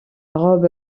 robe